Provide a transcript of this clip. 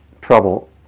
trouble